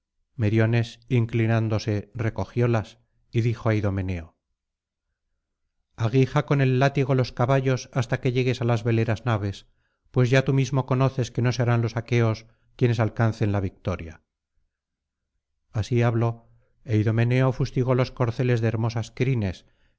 meriones inclinándose recogiólas y dijo á idomeneo aguija con el látigo los caballos hasta que llegues á las veleras naves pues ya tú mismo conoces que no serán los aqueos quienes alcancen la victoria así habló é idomeneo fustigó los corceles de hermosas crines